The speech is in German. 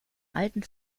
alten